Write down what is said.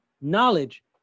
knowledge